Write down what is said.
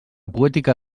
poètica